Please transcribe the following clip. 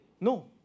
No